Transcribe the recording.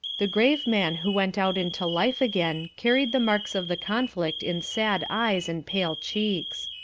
the grave man who went out into life again carried the marks of the conflict in sad eyes and pale cheeks.